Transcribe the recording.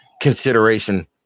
consideration